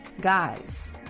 guys